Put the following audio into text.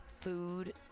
food